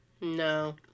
No